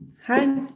Hi